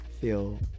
Feel